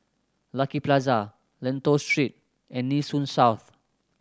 Lucky Plaza Lentor Street and Nee Soon South